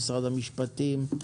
במשרד המשפטים,